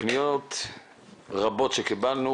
פניות רבות שקיבלנו,